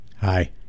Hi